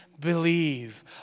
believe